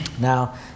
Now